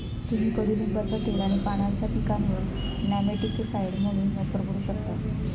तुम्ही कडुलिंबाचा तेल आणि पानांचा पिकांवर नेमॅटिकसाइड म्हणून वापर करू शकतास